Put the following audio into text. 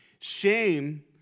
Shame